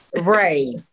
Right